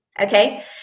okay